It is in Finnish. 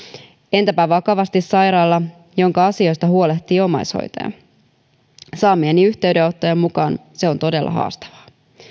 entäpä vakavasti sairaalla jonka asioista huolehtii omaishoitaja saamieni yhteydenottojen mukaan se on todella haastavaa